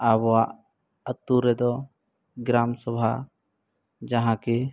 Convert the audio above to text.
ᱟᱵᱚᱣᱟᱜ ᱟᱹᱛᱩᱨᱮᱫᱚ ᱜᱨᱟᱢᱥᱚᱵᱷᱟ ᱡᱟᱦᱟᱸ ᱠᱤ